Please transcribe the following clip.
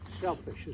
Selfish